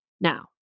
now